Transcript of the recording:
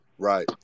Right